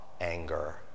anger